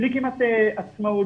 בלי כמעט עצמאות,